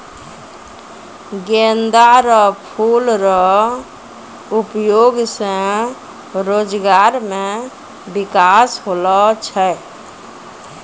गेंदा रो फूल रो उपयोग से रोजगार मे बिकास होलो छै